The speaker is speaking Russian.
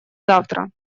завтра